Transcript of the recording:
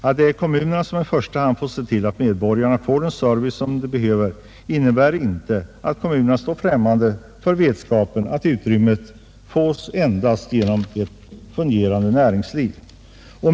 Att det är kommunerna som i första hand skall se till att medborgarna får den service de behöver innebär inte att kommunerna är ovetande om att utrymme härför endast skapas genom ett fungerande näringsliv.